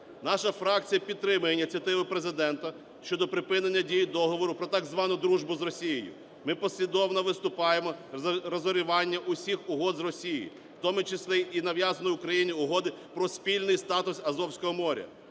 Наша фракція підтримує ініціативу Президента щодо припинення дії Договору про так звану дружбу з Росією. Ми послідовно виступаємо за розірвання усіх угод з Росією, в тому числі і нав'язаної Україні Угоди про спільний статус Азовського моря.